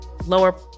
lower